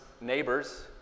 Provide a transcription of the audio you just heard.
neighbors